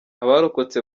abarokotse